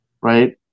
right